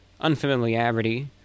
unfamiliarity